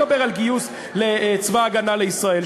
אני לא מדבר על גיוס לצבא הגנה לישראל.